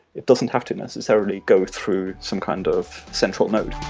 it doesn't have to necessarily go through some kind of central node